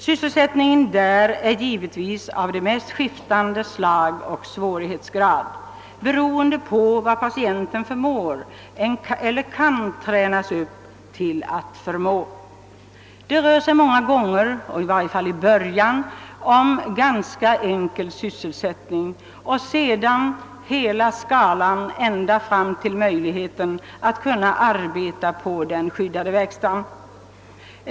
Sysselsättningen är där givetvis av de mest skiftande slag och svårighetsgrad, beroende på vad patienten förmår eller kan tränas upp till att förmå. Det rör sig många gånger, i varje fall i början, om ganska enkel sysselsättning och därefter hela skalan ända fram till möjligheten att kunna arbeta på den skyddade verkstaden.